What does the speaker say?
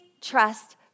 trust